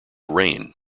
rain